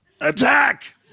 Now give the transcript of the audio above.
attack